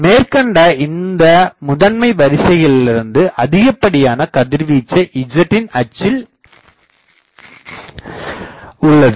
மேற்கண்ட இந்த முதன்மை வரிசைகளிலுருந்து அதிகப்படியான கதிர்வீச்சு zன் அச்சில் உள்ளது